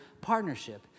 partnership